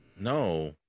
No